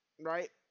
right